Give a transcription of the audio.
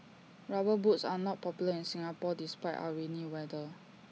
rubber boots are not popular in Singapore despite our rainy weather